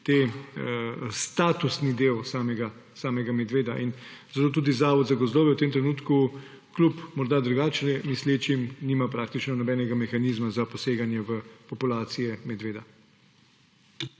statusni del samega medveda. In zato tudi Zavod za gozdove v tem trenutku, kljub morda drugače mislečim, nima praktično nobenega mehanizma za poseganje v populacije medveda.